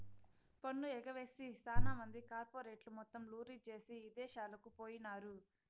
పన్ను ఎగవేసి సాన మంది కార్పెరేట్లు మొత్తం లూరీ జేసీ ఇదేశాలకు పోయినారు